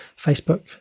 facebook